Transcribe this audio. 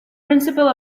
principle